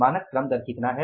मानक श्रम दर कितना है